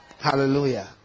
Hallelujah